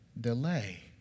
delay